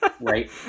Right